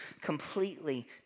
completely